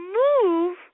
move